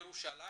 ירושלים,